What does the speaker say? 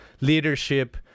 leadership